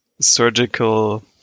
surgical